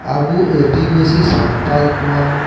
ᱟᱵᱚ ᱟᱹᱫᱤᱵᱟᱥᱤ ᱥᱟᱱᱛᱟᱲ ᱠᱚᱣᱟᱝ